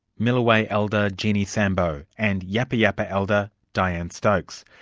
milwayi elder jeannie sambo and yapa yapa elder dianne stokes.